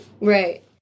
Right